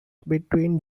between